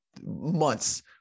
months